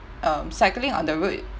um cycling on the road